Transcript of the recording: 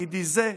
בתפקידי זה,